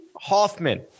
hoffman